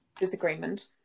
disagreement